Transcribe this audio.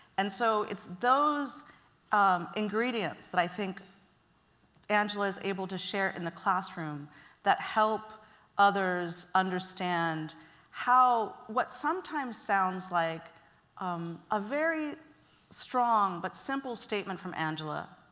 and so it's those ingredients that i think angela's able to share in the classroom that help others understand how, what sometimes sounds like um a very strong but simple statement from angela,